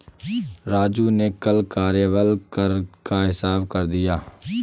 राजू ने कल कार्यबल कर का हिसाब दिया है